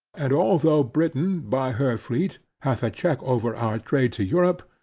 and although britain by her fleet, hath a check over our trade to europe,